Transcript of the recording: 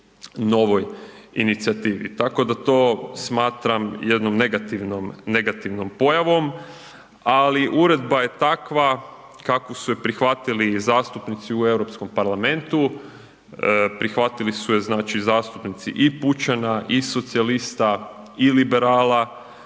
novoj inicijativi, tako da to smatram jednom negativnom, negativnom pojavom, ali uredba je takva kakvu su je prihvatili zastupnici u Europskom parlamentu, prihvatili su je znači zastupnici i pučana i socijalista i liberala,